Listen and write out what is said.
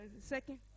second